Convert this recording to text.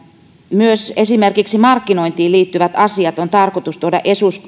myös esimerkiksi markkinointiin liittyvät asiat on tarkoitus tuoda